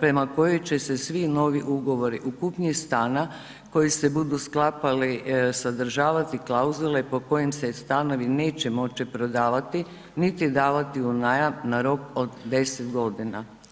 prema kojoj će se svi novi ugovori u kupnji stana koji se budu sklapali sadržavati klauzule po kojem se stanovi neće moći prodavati niti davati u najam na rok od 10 godina.